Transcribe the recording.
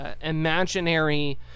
imaginary